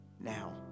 now